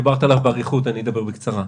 דיברת עליו באריכות, אני אדבר בקצרה.